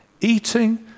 Eating